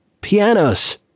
Pianos